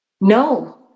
No